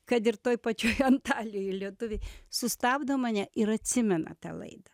kad ir toj pačioj antalijoj lietuviai sustabdo mane ir atsimena laidą